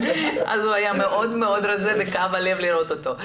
אז הוא היה מאוד רזה וכאב הלב לראות אותו.